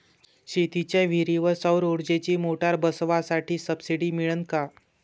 शेतीच्या विहीरीवर सौर ऊर्जेची मोटार बसवासाठी सबसीडी मिळन का?